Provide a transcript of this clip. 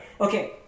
Okay